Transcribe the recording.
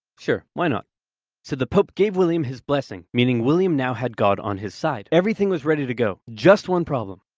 sure. why not so the pope gave william his blessing, meaning william now had god on his side. everything was ready to go. just one problem.